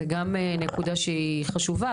זו גם נקודה שהיא חשובה,